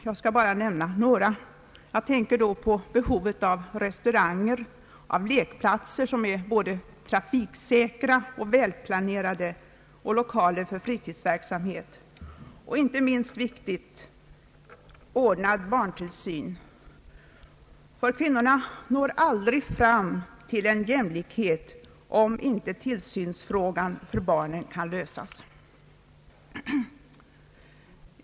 Jag skall bara nämna några. Jag tänker på behovet av restauranger, lekplatser som är både trafiksäkra och väl planerade, lokaler för fritidsverksamhet och — inte minst viktigt — ordnad barntillsyn. Kvinnorna når aldrig fram till jämlikhet, om inte frågan om tillsyn för barnen kan lösas.